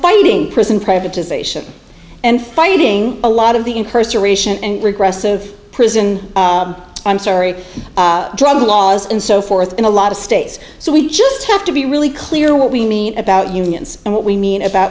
fighting prison privatization and fighting a lot of the incarceration and regressive prison i'm sorry drug laws and so forth in a lot of states so we just have to be really clear what we mean about unions and what we mean about